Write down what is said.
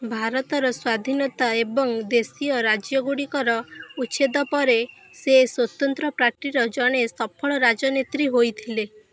ଭାରତର ସ୍ୱାଧୀନତା ଏବଂ ଦେଶୀୟ ରାଜ୍ୟ ଗୁଡ଼ିକର ଉଚ୍ଛେଦ ପରେ ସେ ସ୍ଵତନ୍ତ୍ର ପାର୍ଟିର ଜଣେ ସଫଳ ରାଜନେତ୍ରୀ ହୋଇଥିଲେ